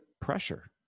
pressure